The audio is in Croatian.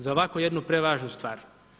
Za ovako jednu prevažnu stvar.